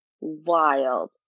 wild